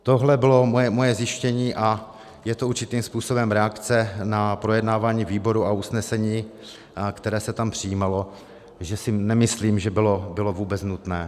Tohle bylo moje zjištění a je to určitým způsobem reakce na projednávání výboru a usnesení, které se tam přijímalo, že si nemyslím, že bylo vůbec nutné.